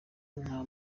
nta